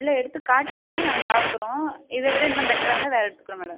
இல்லை எடுத்துக் காட்டுங்கள் நாங்கள் பார்க்குறோம் இத விட இன்னும் பெட்டராக இருந்தால் வேறு எடுத்துக்குறோம் மேடம்